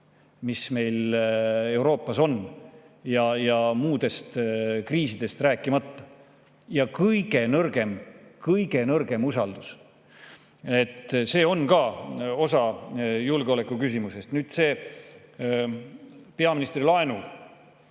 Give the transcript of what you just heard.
mis Euroopas on, muudest kriisidest rääkimata. Ja kõige nõrgem, kõige nõrgem usaldus! See on ka osa julgeolekuküsimusest. Nüüd see peaministri laen.